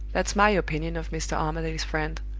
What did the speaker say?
that's my opinion of mr. armadale's friend!